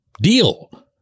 deal